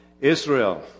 Israel